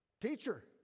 teacher